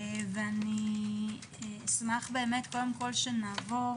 ואשמח שנעבור